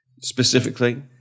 specifically